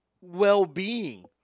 well-being